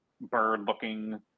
bird-looking